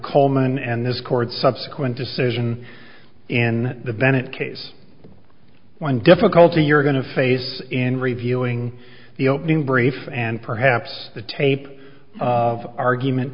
coleman and this court subsequent decision in the bennett case one difficulty you're going to face in reviewing the opening brief and perhaps the tape of argument